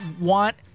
want –